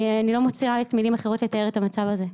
אני לא מוצאת מילים אחרות לתאר את המצב הזה.